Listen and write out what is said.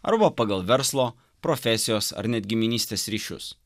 arba pagal verslo profesijos ar net giminystės ryšius